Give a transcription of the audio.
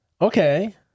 Okay